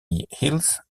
hills